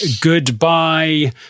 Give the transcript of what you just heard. goodbye